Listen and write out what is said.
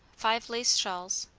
five lace shawls.